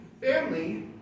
family